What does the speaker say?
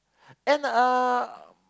and uh